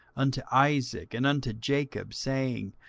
unto isaac, and unto jacob, saying,